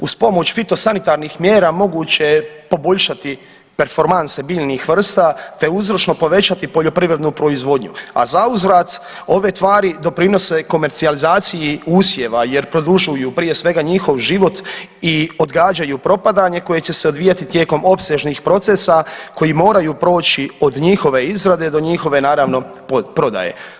Uz pomoć fitosanitarnih mjera moguće je poboljšati performanse biljnih vrsta, te uzročno povećati poljoprivrednu proizvodnju, a zauzvrat ove tvari doprinose komercijalizaciji usjeva jer produžuju prije svega njihov život i odgađaju propadanje koje će se odvijati tijekom opsežnih procesa koji moraju proći od njihove izrade do njihove naravno prodaje.